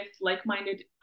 like-minded